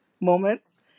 moments